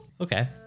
Okay